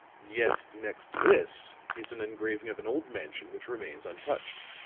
yet next this is an engraving of an old mansion which remains untouched.